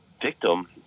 victim